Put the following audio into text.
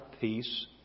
peace